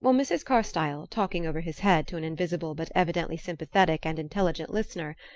while mrs. carstyle, talking over his head to an invisible but evidently sympathetic and intelligent listener,